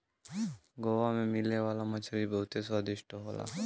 गोवा में मिले वाला मछरी बहुते स्वादिष्ट होला